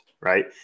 right